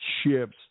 ships